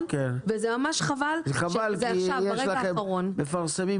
וזה ממש חבל שזה עכשיו ברגע האחרון.